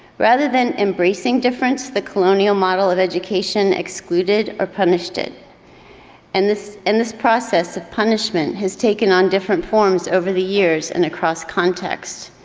rather than embracing difference, the colonial model of education excluded or punished it and in this process of punishment has taken on different forms over the years and across context.